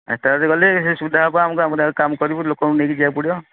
first ଆୱାରରେ ଗଲେ ସେ ସୁବିଧା ହେବ ଆମକୁ ଆମର ଆହୁରି କାମ କରିବୁ ଲୋକଙ୍କୁ ନେଇକି ଯିବାକୁ ପଡ଼ିବ